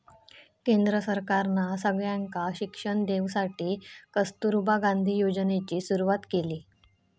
केंद्र सरकारना सगळ्यांका शिक्षण देवसाठी कस्तूरबा गांधी योजनेची सुरवात केली